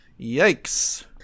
Yikes